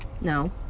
No